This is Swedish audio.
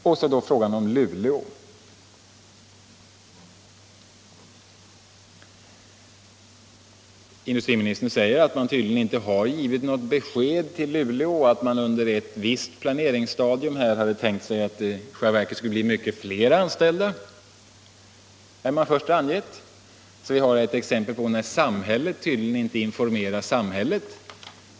Vad sedan beträffar frågan om Luleå säger industriministern, att man tydligen inte lämnat något besked till Luleå om att man under ett visst planeringsskede hade tänkt sig att det i själva verket skulle bli mycket flera anställda än vad man först angett. Vi har här alltså ett exempel på att samhället tydligen inte informerar samhället.